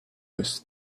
was